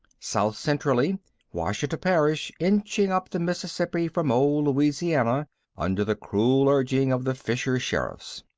south-centrally ouachita parish inching up the mississippi from old louisiana under the cruel urging of the fisher sheriffs.